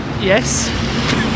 Yes